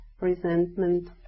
resentment